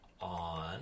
on